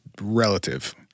relative